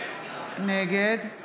נגד חיים כץ, נגד ישראל כץ, נגד